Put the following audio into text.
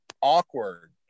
awkward